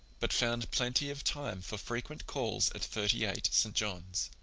but found plenty of time for frequent calls at thirty-eight, st. john's.